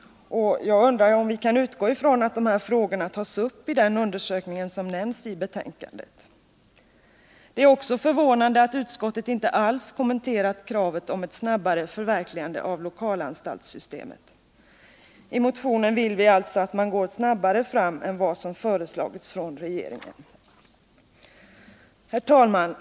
Jag undrar om vi kan utgå ifrån att de här frågorna tas upp i den undersökning som nämns i betänkandet. Det är också förvånande att utskottet inte alls kommenterat kravet på ett snabbare förverkligande av lokalanstaltssystemet. I motionen föreslår vi alltså att man går snabbare fram än vad som föreslagits av regeringen. Herr talman!